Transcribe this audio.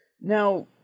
now